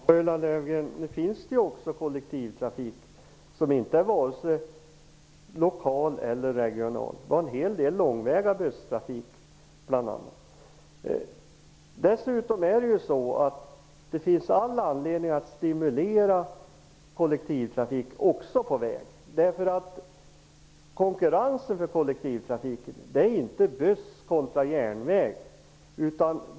Fru talman! Nu finns det ju även kollektivtrafik som varken är lokal eller regional, Ulla Löfgren. Vi har bl.a. en hel del långväga busstrafik. Dessutom finns det all anledning att även stimulera kollektivtrafik på väg. Konkurrensen för kollektivtrafiken handlar inte om buss kontra järnväg.